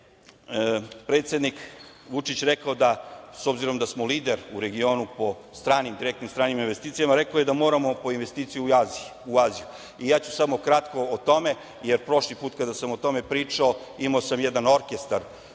predsednik Vučić rekao da, s obzirom na to da smo lider u regionu po direktnim stranim investicijama, moramo po investicije u Aziju. Ja ću samo kratko o tome, jer prošli put kada sam o tome pričao, imao sam jedan orkestar